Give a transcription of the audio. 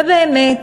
ובאמת,